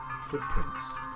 Footprints